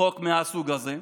חוק מהסוג הזה.